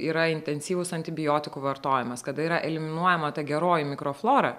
yra intensyvus antibiotikų vartojimas kada yra eliminuojama ta geroji mikroflora